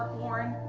lauren.